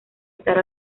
estar